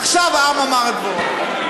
עכשיו העם אמר את דברו.